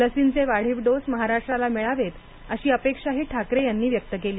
लसींचे वाढीव डोस महाराष्ट्राला मिळावेत अशी अपेक्षाही ठाकरे यांनी व्यक्त केली